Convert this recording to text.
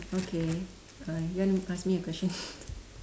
okay uh you want to ask me a question